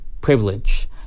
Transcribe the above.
privilege